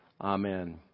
Amen